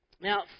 Now